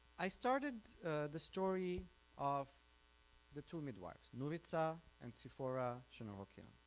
i started the story of the two midwives nuritza and siphora shnorhokian.